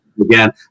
again